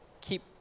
keep